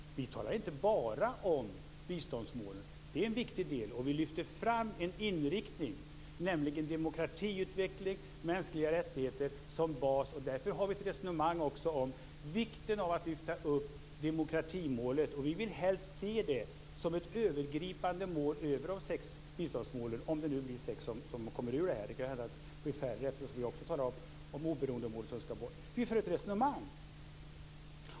Vi talar inte bara om biståndsmålen. Det är en viktig del, och vi lyfter fram en inriktning, nämligen demokratiutveckling och mänskliga rättigheter som bas. Därför har vi också ett resonemang om vikten av att lyfta upp demokratimålet. Vi vill helst se det som ett mål som griper över de sex biståndsmålen - om det nu blir sex mål som kommer ur det här. Det kan ju hända att det blir färre eftersom vi också talar om att oberoendemålet skall bort. Vi för ett resonemang!